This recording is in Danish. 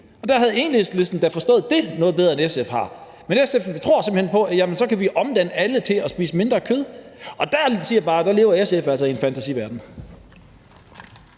og der havde Enhedslisten da forstået det noget bedre, end SF har. SF tror simpelt hen på, at så kan vi omdanne alle til at spise mindre kød. Der siger jeg bare, at der lever SF altså i en fantasiverden.